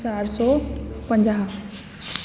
चारि सौ पंजाहु